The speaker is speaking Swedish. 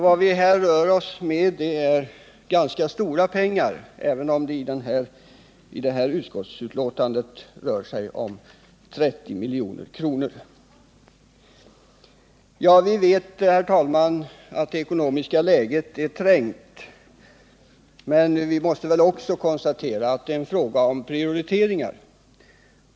Vad det här handlar om totalt sett är alltså ganska stora belopp, även om det i just detta betänkande rör sig om 30 milj.kr. Vi vet, herr talman, att vi befinner oss i ett trängt ekonomiskt läge, men vi måste samtidigt konstatera att det är fråga om prioriteringar.